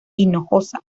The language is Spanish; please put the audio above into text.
hinojosa